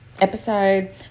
episode